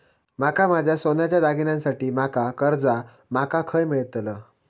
माका माझ्या सोन्याच्या दागिन्यांसाठी माका कर्जा माका खय मेळतल?